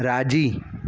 राज़ी